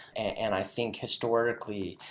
and i think, historically,